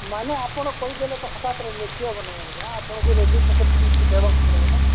ମାନେ ଆପଣ କହିଦେଲେ ତ ହଠାତରେ ଲେଖି ହେବ ନାଇଁ ଆଜ୍ଞା ଆପଣଙ୍କୁ ରେଜିଷ୍ଟ୍ରେସନ୍ ଫିସ୍ ଦେବାକୁ ପଡ଼ିବ ନା